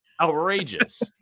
outrageous